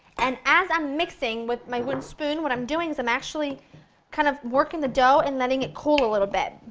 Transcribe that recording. and as i'm mixing, with my wooden spoon. when i'm doing, so i'm actually kind of working the dough and let it cool a lil bit.